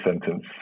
sentence